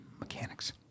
Mechanics